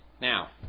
Now